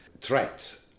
threat